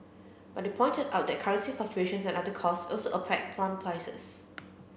but they pointed out that currency fluctuations and other costs also affect pump prices